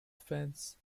fence